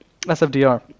SFDR